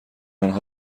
آنها